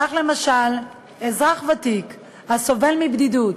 כך, למשל, אזרח ותיק הסובל מבדידות,